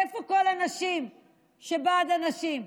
איפה כל הנשים שבעד הנשים?